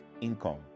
income